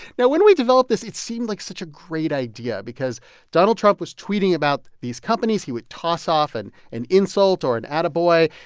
now, when we developed this, it seemed like such a great idea because donald trump was tweeting about these companies. he would toss off and an insult or an attaboy.